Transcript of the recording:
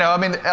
i mean,